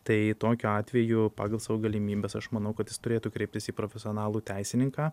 tai tokiu atveju pagal savo galimybes aš manau kad jis turėtų kreiptis į profesionalų teisininką